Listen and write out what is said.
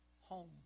home